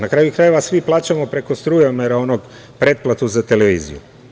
Na kraju krajeva, svi plaćamo preko strujomera pretplatu za televiziju.